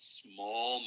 small